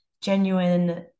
genuine